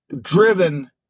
driven